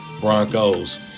Broncos